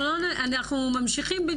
אנחנו ממשיכים,